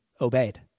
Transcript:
obeyed